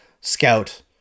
Scout